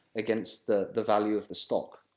against the the value of the stock.